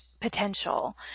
Potential